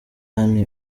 honey